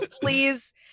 please